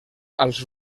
als